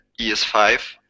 ES5